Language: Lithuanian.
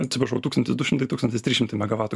atsiprašau tūkstantis du šimtai tūkstantis trys šimtai megavatų